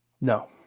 No